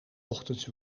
ochtends